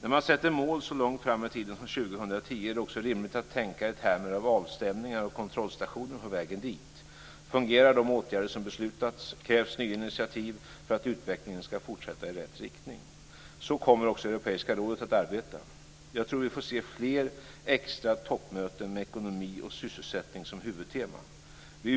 När man sätter mål så långt fram i tiden som 2010 är det också rimligt att tänka i termer av avstämningar och kontrollstationer på vägen dit. Fungerar de åtgärder som beslutats? Krävs det nya initiativ för att utvecklingen ska fortsätta i rätt riktning? Jag tror att vi får se fler extra toppmöten med ekonomi och sysselsättning som huvudtema.